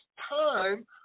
time